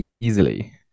easily